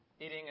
eating